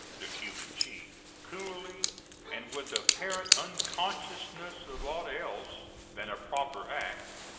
the cuban chief, coolly and with apparent unconsciousness of aught else than a proper act,